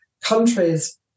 countries